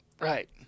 right